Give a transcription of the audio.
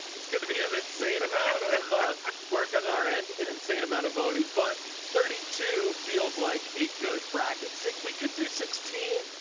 it's going to be an insane amount of work on our end an insane amount of votes but thirty two feels like a good bracket. we could do sixteen.